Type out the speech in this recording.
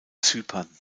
zypern